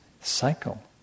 cycle